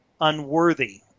unworthy